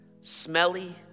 smelly